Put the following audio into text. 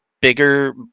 bigger